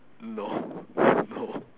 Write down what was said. no no